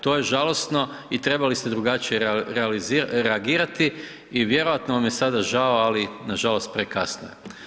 To je žalosno i trebali ste drugačije reagirati i vjerojatno vam je sada žao, ali nažalost prekasno je.